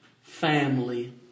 Family